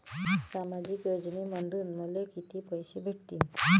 सामाजिक योजनेमंधून मले कितीक पैसे भेटतीनं?